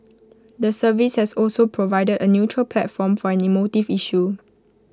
the service has also provided A neutral platform for an emotive issue